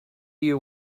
you